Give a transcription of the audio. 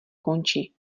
končí